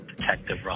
Detective